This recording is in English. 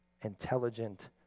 Intelligent